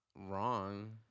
wrong